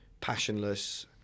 passionless